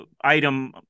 item